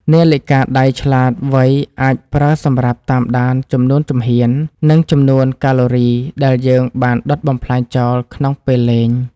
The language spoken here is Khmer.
នាឡិកាដៃឆ្លាតវៃអាចប្រើសម្រាប់តាមដានចំនួនជំហាន និងចំនួនកាឡូរីដែលយើងបានដុតបំផ្លាញចោលក្នុងពេលលេង។